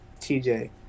TJ